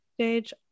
stage